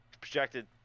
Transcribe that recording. projected